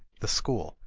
the school,